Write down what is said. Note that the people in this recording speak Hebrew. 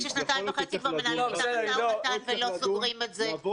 ששנתיים וחצי כבר מנהלים משא ומתן ולא סוגרים את זה?